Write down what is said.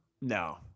No